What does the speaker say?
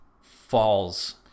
falls